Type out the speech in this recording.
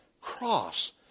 cross